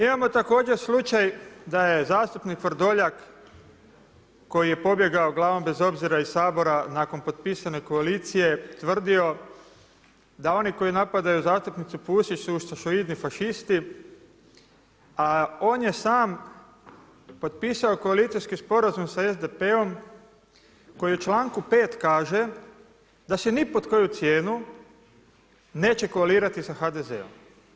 Imamo također slučaj, da je zastupnik Vrdoljak, koji je pobjegao glavom bez obzira iz Sabora, nakon potpisane koalicije, tvrdio da oni koji napadaju zastupnicu Pusić su ustašoidni fašisti, a on je sam potpisao koalicijski sporazum sa SDP-om, koji je u članku 5. kaže, da se ni pod koju cijenu, neće koalirati sa HDZ-om.